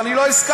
ואני לא הסכמתי.